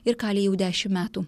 ir kali jau dešim metų